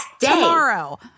tomorrow